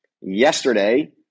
yesterday